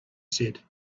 said